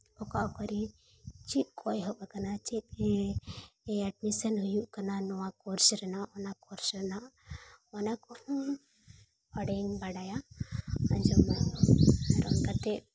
ᱚᱠᱟ ᱠᱚᱨᱮ ᱪᱮᱫ ᱠᱚ ᱮᱦᱚᱵ ᱟᱠᱟᱜᱼᱟ ᱪᱮᱫ ᱮᱰᱢᱤᱥᱚᱱ ᱠᱳᱨᱥ ᱦᱩᱭᱩᱜ ᱠᱟᱱᱟ ᱱᱚᱣᱟ ᱠᱳᱨᱥ ᱨᱮᱱᱟᱜ ᱚᱱᱟ ᱠᱳᱨᱥ ᱨᱮᱱᱟᱜ ᱚᱱᱟ ᱠᱚᱦᱚᱸ ᱚᱸᱰᱮᱧ ᱵᱟᱰᱟᱭᱟ ᱟᱸᱡᱚᱢᱟᱹᱧ ᱟᱸᱡᱚᱢ ᱠᱟᱛᱮ